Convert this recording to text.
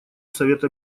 совета